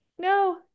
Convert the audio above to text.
no